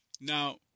Now